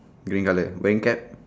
green colour rain cap